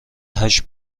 هشت